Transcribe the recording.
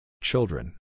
Children